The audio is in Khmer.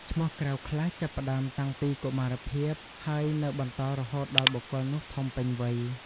ឈ្មោះក្រៅខ្លះចាប់ផ្តើមតាំងពីកុមារភាព ហើយនៅបន្តរហូតដល់បុគ្គលនោះធំពេញវ័យ។